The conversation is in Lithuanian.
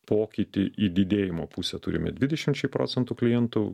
pokytį į didėjimo pusę turime dvidešimčiai procentų klientų